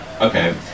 okay